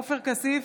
עופר כסיף,